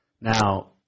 Now